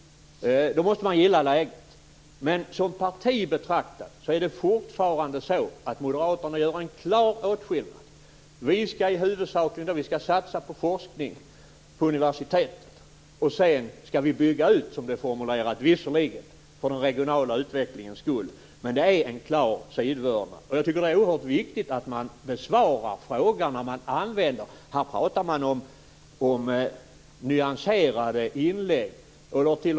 Då måste de gilla läget. Men som parti betraktat gör Moderaterna en klar åtskillnad. De säger att de huvudsakligen skall satsa på forskning på universiteten och att de sedan skall bygga ut för den regionala utvecklingens skull. Jag tycker att det är oerhört viktigt att man besvarar frågor. Här talas det om nyanserade inlägg.